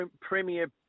Premier